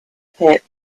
pit